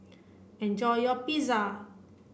enjoy your Pizza